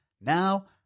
Now